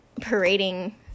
parading